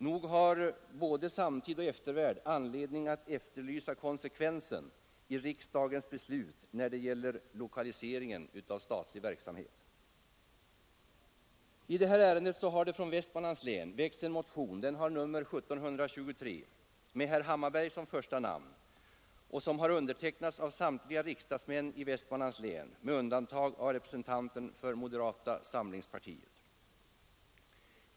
Nog har både samtid och eftervärld anledning att efterlysa konsekvensen i riksdagens beslut när det gäller lokaliseringen av statlig verksamhet. I det här ärendet har det från Västmanlands län väckts en motion, nr 65 1723, med herr Hammarberg som första namn. Motionen har undertecknats av samtliga riksdagsmän i Västmanlands län med undantag av representanten för moderaterna.